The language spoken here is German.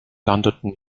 landeten